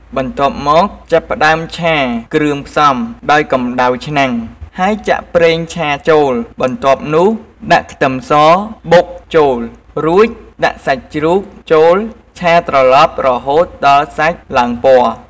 បន្ទាប់មក ចាប់ផ្តើមឆាគ្រឿងផ្សំដោយកំដៅឆ្នាំង ហើយចាក់ប្រេងឆាចូល បន្ទាប់នោះដាក់ខ្ទឹមសបុកចូល រួចដាក់សាច់ជ្រូកចូលឆាត្រឡប់រហូតដល់សាច់ឡើងពណ៌។